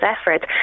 efforts